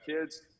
kids